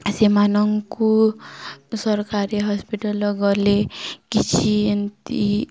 ସେମାନଙ୍କୁ ସରକାରୀ ହସ୍ପିଟାଲ୍ ଗଲେ କିଛି ଏମିତି